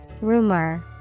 Rumor